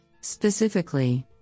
Specifically